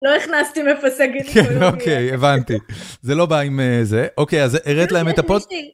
לא הכנסתי מפסגת, אוקיי, הבנתי. זה לא בא עם זה. אוקיי, אז הראת להם את הפוסט.